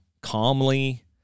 calmly